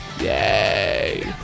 Yay